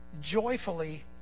joyfully